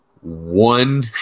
one